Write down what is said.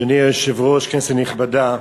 אדוני היושב-ראש, כנסת נכבדה,